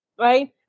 right